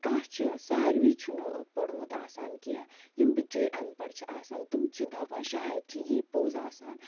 کانٛہہ چھِ ساروی چھُنہٕ پورمُت آسان کیٚنہہ یِم بِچٲرۍ اَن پَڑھ چھِ آسان تِم چھِ دَپان شایَد چھِ یی پوٚز آسان